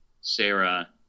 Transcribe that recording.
Sarah